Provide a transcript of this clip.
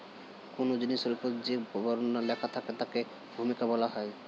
কোন জিনিসের উপর যে বর্ণনা লেখা থাকে তাকে ভূমিকা বলা হয়